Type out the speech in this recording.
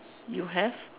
you have